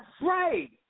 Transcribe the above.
Right